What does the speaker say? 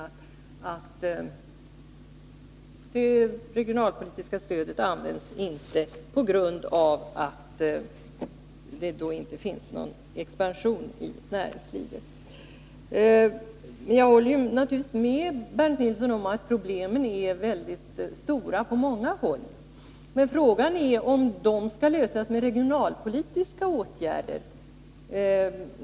Man framhåller att det regionalpolitiska stödet inte används på grund av att det inte finns någon expansion inom näringslivet. Naturligtvis håller jag med Bernt Nilsson om att problemen är mycket stora på många håll, men frågan är om de skall lösas med regionalpolitiska åtgärder.